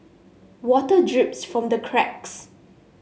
water drips from the cracks